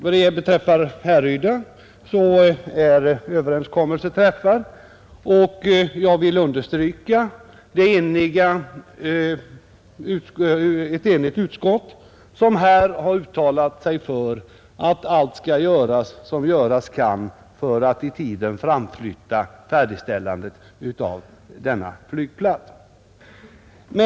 Vad beträffar Härryda är överenskommelse träffad, och jag vill understryka att det är ett enigt utskott som här har uttalat sig för att allt skall göras som göras kan för att i tiden framflytta färdigställandet av denna flygplats.